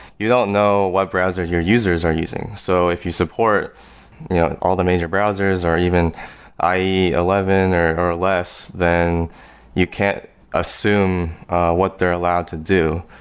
you don't know what browser your users are using so if you support yeah all the major browsers, or even ie eleven or or less, then you can't assume what they're allowed to do.